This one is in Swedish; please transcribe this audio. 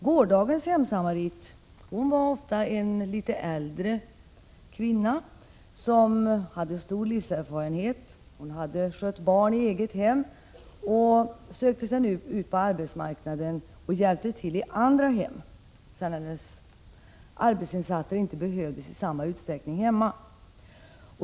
Gårdagens hemsamarit var ofta en litet äldre kvinna, som hade stor livserfarenhet. Hon hade skött egna barn, och hon sökte sig ut på arbetsmarknaden för att hjälpa till i andra hem när hennes arbetsinsatser i det egna hemmet inte längre behövdes i samma utsträckning.